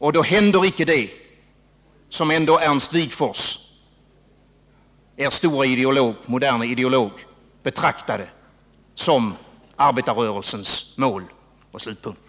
Och då händer icke det som Ernst Wigforss, er store moderne ideolog, betraktade som arbetarrörelsens mål och slutpunkt.